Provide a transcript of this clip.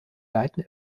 leiten